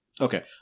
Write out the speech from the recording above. Okay